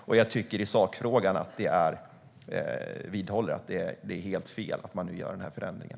I själva sakfrågan vidhåller jag att det är helt fel att man nu gör den här förändringen.